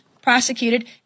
Prosecuted